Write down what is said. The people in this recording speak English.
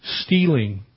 stealing